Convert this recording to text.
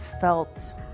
felt